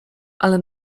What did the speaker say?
ale